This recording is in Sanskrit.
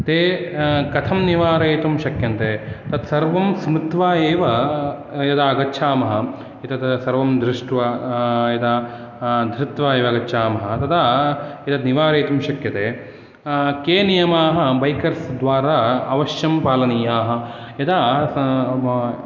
ते कथं निवारयितुं शक्यन्ते तत् सर्वं स्मृत्वा एव यदा गच्छामः एतत् सर्वं दृष्ट्वा यदा धृत्वा एव गच्छामः तदा एतत् निवारयितुं शक्यते के नियमाः बैकर्स् द्वारा अवश्यं पालनीयाः यदा